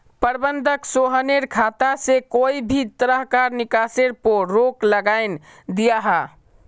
प्रबंधक सोहानेर खाता से कोए भी तरह्कार निकासीर पोर रोक लगायें दियाहा